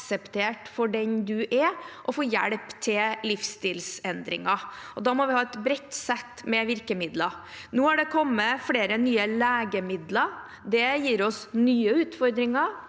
for den du er, og få hjelp til livsstilsendringer. Da må vi ha et bredt sett med virkemidler. Nå har det kommet flere nye legemidler. Det gir oss nye utfordringer,